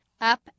Up